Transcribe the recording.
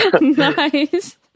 nice